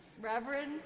Reverend